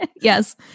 Yes